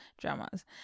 dramas